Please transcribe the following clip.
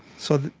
so the,